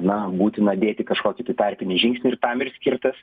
na būtina dėti kažkokį tai tarpinį žingsnį ir tam ir skirtas